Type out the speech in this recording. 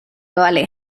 vale